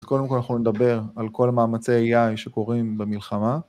קודם כל אנחנו נדבר על כל מאמצי AI שקורים במלחמה.